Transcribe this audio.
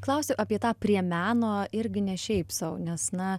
klausiu apie tą prie meno irgi ne šiaip sau nes na